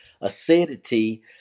acidity